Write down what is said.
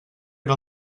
era